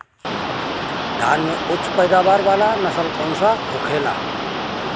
धान में उच्च पैदावार वाला नस्ल कौन सा होखेला?